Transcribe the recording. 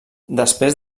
després